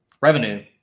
revenue